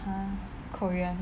korea